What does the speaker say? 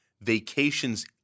vacations